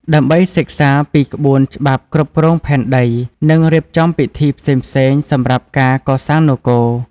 ដើម្បីសិក្សាពីក្បួនច្បាប់គ្រប់គ្រងផែនដី និងរៀបចំពិធីផ្សេងៗសម្រាប់ការកសាងនគរ។